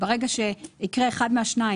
ברגע שיקרה אחד מהשניים,